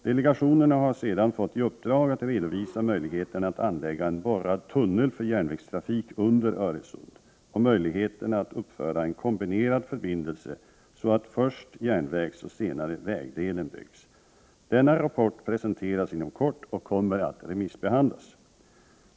Delegationerna har sedan fått i uppdrag att redovisa möjligheterna att anlägga en borrad tunnel för järnvägstrafik under Öresund och möjligheterna att uppföra en kombinerad förbindelse så att först järnvägsoch senare vägdelen byggs. Denna rapport presenteras inom kort och kommer att remissbehandlas.